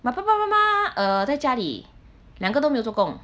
but 爸爸妈妈 uh 在家里两个都没有做工